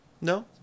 No